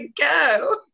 go